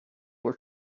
were